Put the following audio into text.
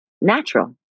natural